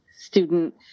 student